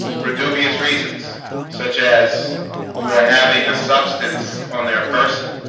for dubious reasons such as for having a substance on their person